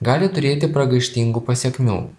gali turėti pragaištingų pasekmių